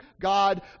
God